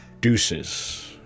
Deuces